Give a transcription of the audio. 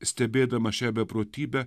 stebėdama šią beprotybę